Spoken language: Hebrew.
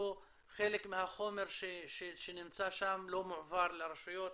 חלק מהחומר שנמצא שם לא מועבר לרשויות,